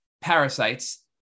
parasites